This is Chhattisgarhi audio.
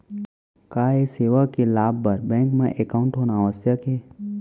का ये सेवा के लाभ बर बैंक मा एकाउंट होना आवश्यक हे